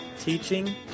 teaching